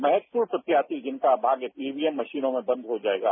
महत्वपूर्ण प्रत्याशी जिनका भाग्य ईवीएम मशीनों में बंद हो जाएगा